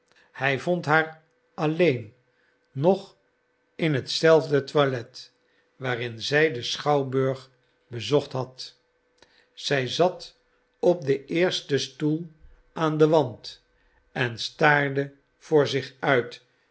hij vond haar alleen nog in hetzelfde toilet waarin zij den schouwburg bezocht had zij zat op den eersten stoel aan den wand en staarde voor zich uit